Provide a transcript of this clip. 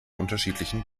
unterschiedlichen